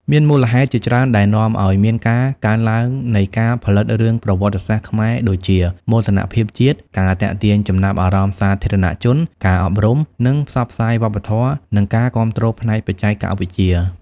មានមូលហេតុជាច្រើនដែលនាំឲ្យមានការកើនឡើងនៃការផលិតរឿងប្រវត្តិសាស្ត្រខ្មែរដូចជា មោទនភាពជាតិ ការទាក់ទាញចំណាប់អារម្មណ៍សាធារណជន ការអប់រំនិងផ្សព្វផ្សាយវប្បធម៌ និងការគាំទ្រផ្នែកបច្ចេកវិទ្យា។